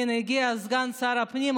הינה, הגיע סגן שר הפנים.